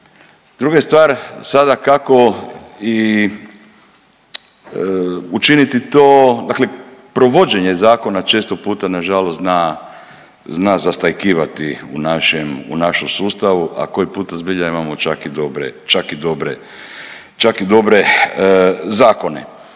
Druga je stvar sada kako i učiniti to dakle provođenje zakona često puta nažalost zna zastajkivati u našem sustavu, a koji puta zbilja imamo čak i dobre zakone. I zbog toga